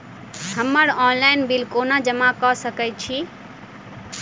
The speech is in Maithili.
हम्मर ऑनलाइन बिल कोना जमा कऽ सकय छी?